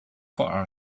for